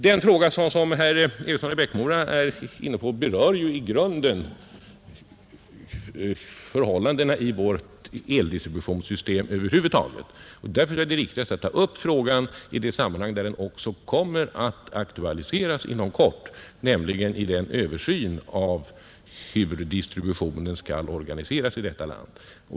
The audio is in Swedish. Den fråga herr Eriksson är inne på berör ju i grunden förhållandena i vårt eldistributionssystem över huvud taget. Därför är det riktigast att ta upp frågan i det sammanhang där den också kommer att aktualiseras inom kort, nämligen i samband med översynen av hur distributionen skall organiseras i detta land.